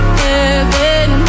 heaven